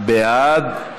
36 בעד,